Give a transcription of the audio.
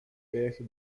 perto